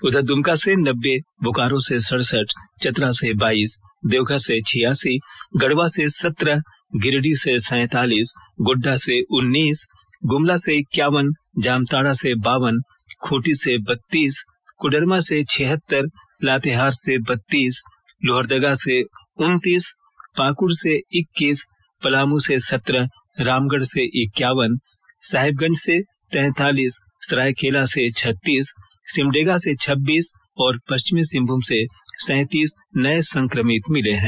उधर दुमका से नब्बे बोकारो से सड़सठ चतरा से बाईस देवघर से छियासी गढ़वा से सत्रह गिरिडीह से सैतालीस गोड़ुडा से उन्नीस ग्रमला से इक्यावन जामताड़ा से बावन खूंटी से बत्तीस कोडरमा से छिहत्तर लातेहार से बत्तीस लोहरदगा से उन्नतीस पाकुड़ से इक्कीस पलामू से सत्रह रामगढ़ से इक्यावन साहिबगंज से तैतालीस सरायकेला से छत्तीस सिमडेगा से छब्बीस और पश्चिमी सिंहभूम से सैंतीस नए संक्रमित मिले हैं